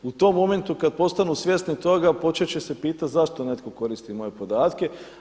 U tom momentu kada postanu svjesni toga počet će se pitati zašto netko koristi moje podatke.